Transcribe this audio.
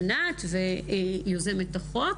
ענת, אם זה באמת החוק,